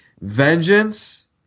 Vengeance